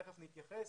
תכף נתייחס